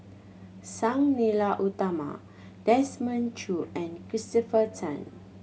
Sang Nila Utama Desmond Choo and Christopher Tan